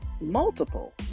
multiple